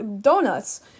donuts